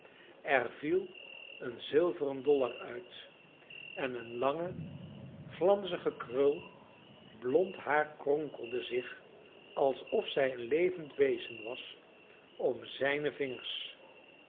er viel een zilveren dollar uit en eene lange glanzige krul blond haar kronkelde zich alsof zij een levend wezen was om zijne vingers